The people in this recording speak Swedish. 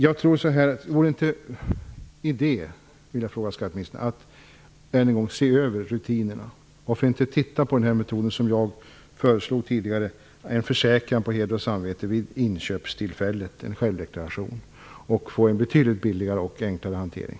Vore det inte en idé, skatteministern, att än en gång se över rutinerna? Varför kan man inte studera den metod som jag föreslog tidigare? Jag föreslog en försäkran på heder och samvete, en självdeklaration, vid inköpstillfället. Med en sådan skulle man få en betydligt billigare och enklare hantering.